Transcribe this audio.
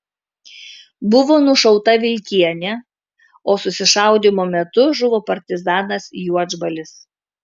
buvo nušauta vilkienė o susišaudymo metu žuvo partizanas juodžbalis